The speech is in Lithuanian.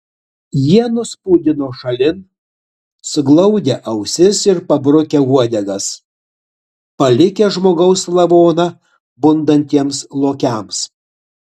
jie nuspūdino šalin suglaudę ausis ir pabrukę uodegas palikę žmogaus lavoną bundantiems lokiams